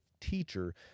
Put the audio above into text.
Teacher